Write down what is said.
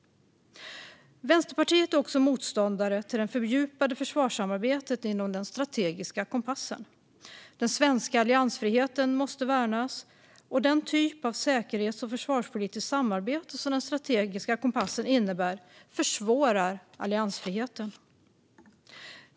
Vänsterpartiet är också motståndare till det fördjupade försvarssamarbetet inom den strategiska kompassen. Den svenska alliansfriheten måste värnas, och den typ av säkerhets och försvarspolitiskt samarbete som den strategiska kompassen innebär försvårar alliansfriheten.